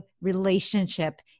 relationship